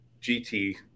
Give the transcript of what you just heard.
GT